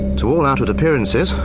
to all outward appearances,